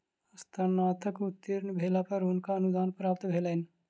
स्नातक में उत्तीर्ण भेला पर हुनका अनुदान प्राप्त भेलैन